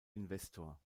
investor